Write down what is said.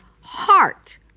heart